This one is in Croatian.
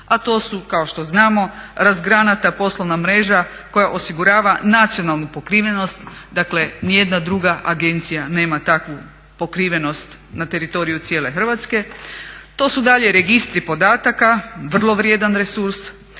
A to su kao što znamo razgranata poslovna mreža koja osigurava nacionalnu pokrivenost, dakle niti jedna druga agencija nema takvu pokrivenost na teritoriju cijele Hrvatske. To su dalje registri podataka, vrlo vrijedan resurs.